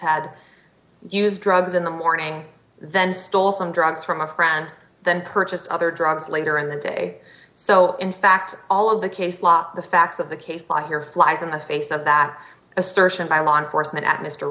had used drugs in the morning then stole some drugs from a friend then purchased other drugs later in the day so in fact all of the case law the facts of the case law here flies in the face of that assertion by law enforcement